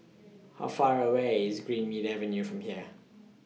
How Far away IS Greenmead Avenue from here